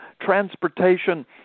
transportation